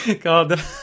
God